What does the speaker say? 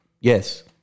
yes